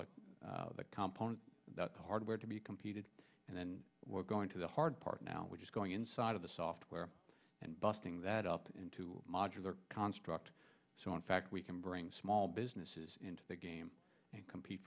allow the component that hardware to be competed and then we're going to the hard part now which is going inside of the software and busting that up into a modular construct so in fact we can bring small businesses into the game and compete